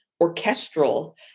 orchestral